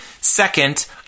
Second